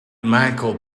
michael